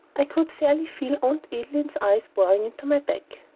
i could fairly feel aunt adeline's eyes boring into my back.